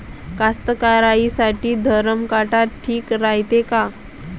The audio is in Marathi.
कास्तकाराइसाठी धरम काटा ठीक रायते का?